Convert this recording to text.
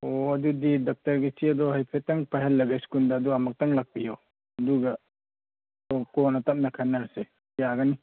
ꯑꯣ ꯑꯗꯨꯗꯤ ꯗꯣꯛꯇꯔꯒꯤ ꯆꯦꯗꯣ ꯍꯥꯏꯐꯦꯠꯇꯪ ꯄꯥꯏꯍꯜꯂꯒ ꯁ꯭ꯀꯨꯜꯗ ꯑꯗꯣ ꯑꯃꯨꯛꯇꯪ ꯂꯥꯛꯄꯤꯌꯣ ꯑꯗꯨꯒ ꯍꯣ ꯀꯣꯟꯅ ꯇꯝꯅ ꯈꯟꯅꯔꯁꯦ ꯌꯥꯒꯅꯤ